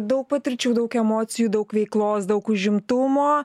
daug patirčių daug emocijų daug veiklos daug užimtumo